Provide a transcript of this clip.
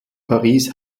paris